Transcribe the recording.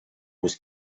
was